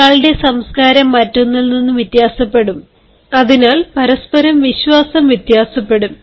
ഒരാളുടെ സംസ്കാരം മറ്റൊന്നിൽ നിന്ന് വ്യത്യാസപ്പെടും അതിനാൽ പരസ്പരം വിശ്വാസം വ്യത്യാസപ്പെടും